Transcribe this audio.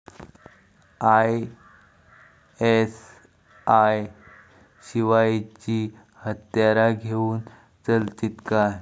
ISI शिवायची हत्यारा घेऊन चलतीत काय?